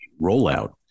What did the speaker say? rollout